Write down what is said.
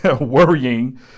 worrying